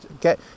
Get